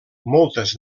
moltes